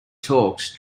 talks